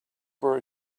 for